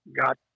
got